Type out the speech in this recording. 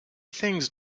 things